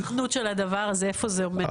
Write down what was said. היתכנות של הדבר הזה, איפה זה עומד?